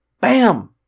Bam